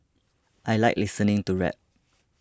I like listening to rap